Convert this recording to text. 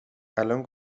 الان